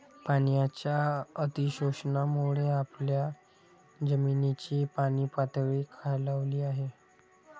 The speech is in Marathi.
पाण्याच्या अतिशोषणामुळे आपल्या जमिनीची पाणीपातळी खालावली आहे